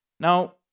Now